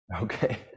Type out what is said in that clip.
okay